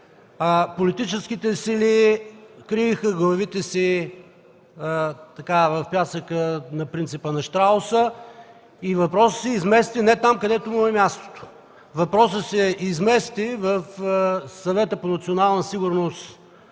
а политическите сили криеха главите си в пясъка, на принципа на щрауса. Въпросът се измести не там, където му е мястото. Въпросът се измести в Съвета по национална сигурност